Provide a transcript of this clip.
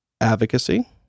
advocacy